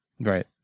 Right